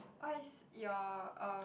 what is your uh